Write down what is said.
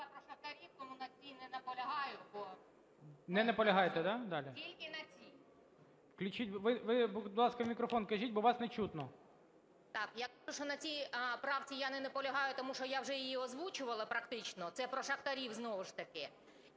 Я кажу, що на цій правці я не наполягаю, тому що я вже її озвучувала практично, це про шахтарів знову ж таки.